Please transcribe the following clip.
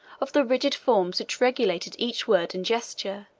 of the rigid forms which regulated each word and gesture,